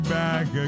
back